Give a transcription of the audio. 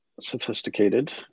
sophisticated